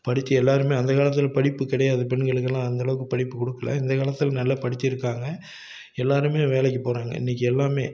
படிச்சு எல்லாருமே அந்த காலத்தில் படிப்பு கிடையாது பெண்களுக்கு எல்லாம் அந்த அளவுக்கு படிப்பு கொடுக்கல இந்த காலத்தில் நல்லா படிச்சி இருக்காங்க எல்லாருமே வேலைக்கு போகறாங்க இன்னைக்கு எல்லாமே